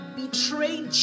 betrayed